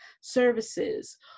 services